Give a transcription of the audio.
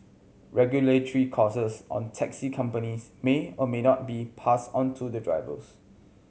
regulatory costs on taxi companies may or may not be passed onto drivers